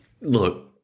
Look